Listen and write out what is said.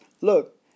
Look